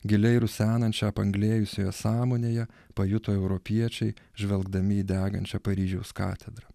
giliai rusenančią apanglėjusioje sąmonėje pajuto europiečiai žvelgdami į degančią paryžiaus katedrą